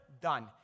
done